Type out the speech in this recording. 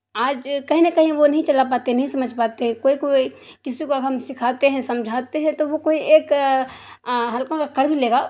آج کہیں نہ کہیں وہ نہیں چلا پاتے ہیں نہیں سمجھ پاتے ہیں کوئی کوئی کسی کو ہم سکھاتے ہیں سمجھاتے ہیں تو وہ کوئی ایک ہلکا ملکا کر بھی لے گا